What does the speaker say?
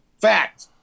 Fact